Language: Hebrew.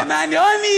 זה מעניין,